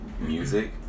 music